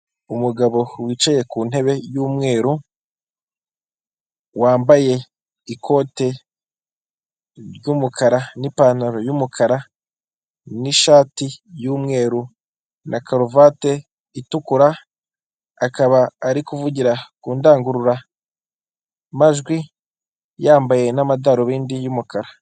Umugabo wicaye ku ntebe y'umweru, wambaye ikote ry'umukara n'ipantaro y'umukara n'ishati y'umweru na karuvati itukura, akaba ari kuvugira ku ndangururamajwi, yambaye n'amadarobindi y'umukara.